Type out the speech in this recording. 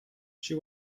she